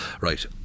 Right